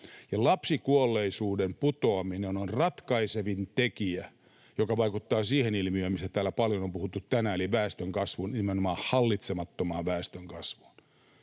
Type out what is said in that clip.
Lapsikuolleisuuden putoaminen on ratkaisevin tekijä, joka vaikuttaa siihen ilmiöön, mistä täällä paljon on puhuttu tänään, eli väestönkasvuun, nimenomaan hallitsemattomaan väestönkasvuun.